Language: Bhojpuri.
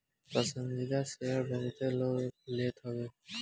पसंदीदा शेयर बहुते लोग लेत हवे